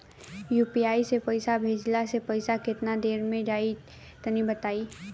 UPI से पईसा भेजलाऽ से पईसा केतना देर मे जाई तनि बताई?